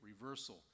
reversal